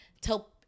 Tell